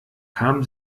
kam